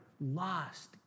lost